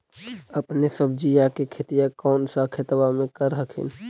अपने सब्जिया के खेतिया कौन सा खेतबा मे कर हखिन?